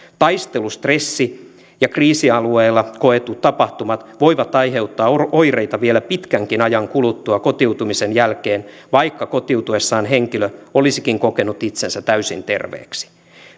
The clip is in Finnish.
taistelustressi ja kriisialueella koetut tapahtumat voivat aiheuttaa oireita vielä pitkänkin ajan kuluttua kotiutumisen jälkeen vaikka kotiutuessaan henkilö olisikin kokenut itsensä täysin terveeksi